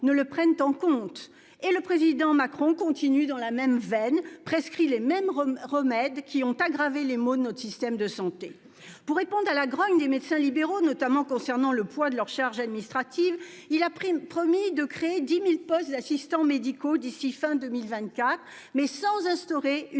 ne le prenne en compte et le président Macron continue dans la même veine prescrit les mêmes remèdes qui ont aggravé les maux de notre système de santé pour répondre à la grogne des médecins libéraux, notamment concernant le poids de leurs charges administratives, il la prime promis de créer 10.000 postes d'assistants médicaux d'ici fin 2024, mais sans instaurer une